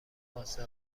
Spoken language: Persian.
واسه